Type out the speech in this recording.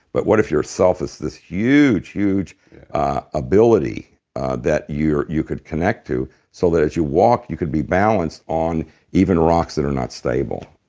but what if your self is this huge huge ability that you can connect to so that as you walk, you can be balanced on even rocks that are not stable.